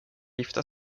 gifta